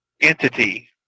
entity